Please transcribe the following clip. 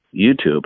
YouTube